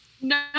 No